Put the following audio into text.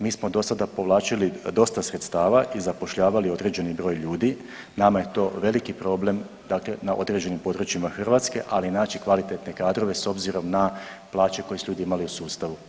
Mi smo dosada povlačili dosta sredstava i zapošljavali određeni broj ljudi, nama je to veliki problem, dakle na određenim područjima Hrvatske, ali naći kvalitetne kadrove s obzirom na plaće koje su ljudi imali u sustavu.